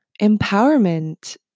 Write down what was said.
empowerment